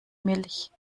milch